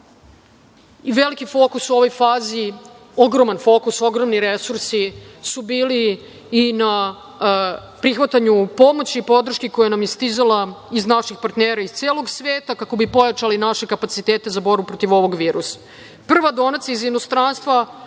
Veliki fokus u ovoj fazi, ogroman fokus, ogromni resursi su bili i na prihvatanju pomoći i podrške koja nam je stizala iz naših partnera iz celog sveta kako bi pojačali naše kapacitete za borbu protiv ovog virusa. Prva donacija iz inostranstva